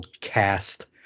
cast